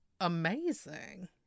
amazing